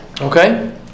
Okay